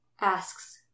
asks